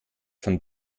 von